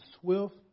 swift